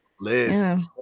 list